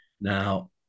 Now